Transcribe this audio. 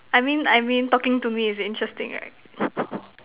I mean I mean talking to me is interesting right